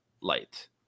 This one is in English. Light